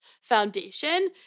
Foundation